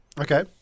okay